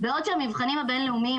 בעוד שהמבחנים הבין-לאומיים,